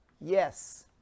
Yes